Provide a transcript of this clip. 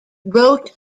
wrote